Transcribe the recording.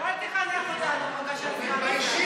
אל תחנך אותנו, התורה היא לא רק שלך, היא של כולם.